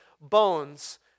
bones